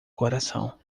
coração